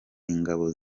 ingabo